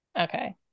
Okay